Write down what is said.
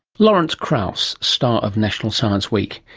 lawrence krauss, star of national science week,